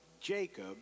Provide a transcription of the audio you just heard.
Jacob